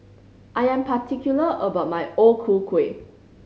I am particular about my O Ku Kueh